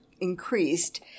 increased